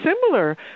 similar